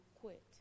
quit